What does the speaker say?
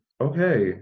okay